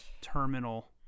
terminal